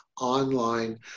online